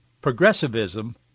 progressivism